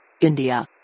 India